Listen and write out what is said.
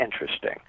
interesting